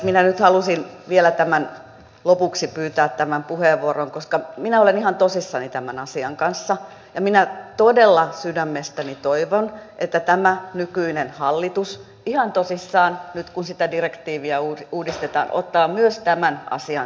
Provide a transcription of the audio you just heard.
minä nyt halusin vielä tähän lopuksi pyytää tämän puheenvuoron koska minä olen ihan tosissani tämän asian kanssa ja minä todella sydämestäni toivon että tämä nykyinen hallitus ihan tosissaan nyt kun sitä direktiiviä uudistetaan ottaa myös tämän asian sinne esille